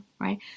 right